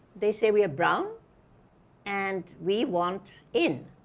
they say, we are brown and we want in!